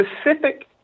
specific